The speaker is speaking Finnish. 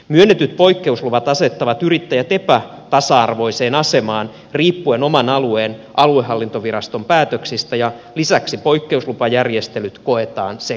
myönnetyt poikkeusluvat asettavat yrittäjät epätasa arvoiseen asemaan riippuen oman alueen aluehallintoviraston päätöksistä ja lisäksi poikkeuslupajärjestelyt koetaan sekaviksi